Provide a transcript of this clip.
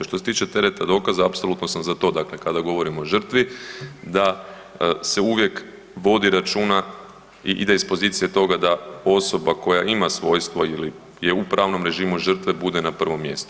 Što se tiče tereta dokaza apsolutno sam za to dakle kada govorimo o žrtvi, da se uvijek vodi računa i ide iz pozicije toga da osoba koja ima svojstvo ili je u pravnom režimu žrtve bude na prvom mjestu.